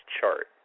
chart